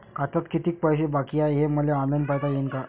खात्यात कितीक पैसे बाकी हाय हे मले ऑनलाईन पायता येईन का?